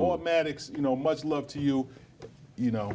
automatics you know much love to you you know